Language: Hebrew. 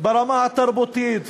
ברמה התרבותית,